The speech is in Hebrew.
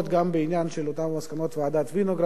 גם בעניין של אותן הסכמות ועדת-וינוגרד.